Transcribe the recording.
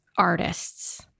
artists